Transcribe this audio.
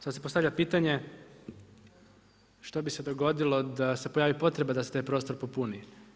Sad se postavlja pitanje, što bi se dogodilo da se pojavi potreba da se taj prostor popuni.